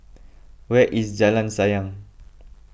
where is Jalan Sayang